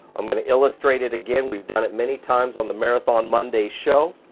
i'm gonna illustrate it again. we've done it many times on the marathon mondays show.